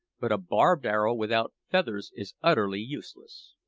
but a barbed arrow without feathers is utterly useless.